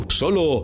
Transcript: solo